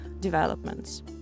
developments